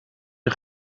een